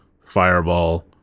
fireball